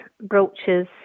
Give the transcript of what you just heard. brooches